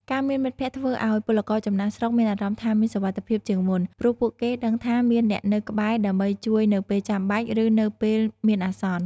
ការមានមិត្តភក្តិធ្វើឱ្យពលករចំណាកស្រុកមានអារម្មណ៍ថាមាន សុវត្ថិភាព ជាងមុន ព្រោះពួកគេដឹងថាមានអ្នកនៅក្បែរដើម្បីជួយនៅពេលចាំបាច់ ឬនៅពេលមានអាសន្ន ។